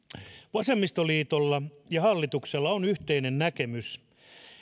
vasemmistoliitolla ja hallituksella on yhteinen näkemys